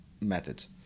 methods